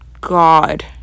god